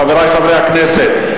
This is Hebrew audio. חברי חברי הכנסת,